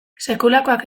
sekulakoak